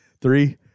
Three